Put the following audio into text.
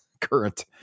current